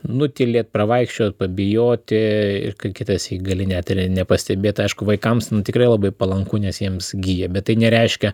nutylėt pravaikščiot pabijoti ir kitąsyk gali net ir nepastebėt aišku vaikams tikrai labai palanku nes jiems gyja bet tai nereiškia